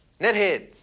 Nethead